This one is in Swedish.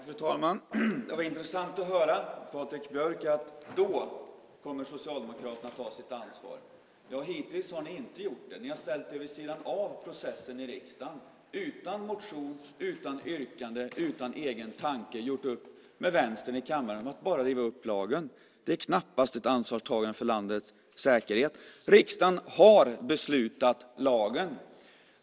Fru talman! Det var intressant att höra, Patrik Björck, att då kommer Socialdemokraterna att ta sitt ansvar. Ja, hittills har ni inte gjort det. Ni har ställt er vid sidan av processen i riksdagen och utan motion, utan yrkanden och utan egen tanke gjort upp med Vänstern i kammaren om att bara riva upp lagen. Det är knappast ett ansvarstagande för landets säkerhet. Riksdagen har beslutat om lagen.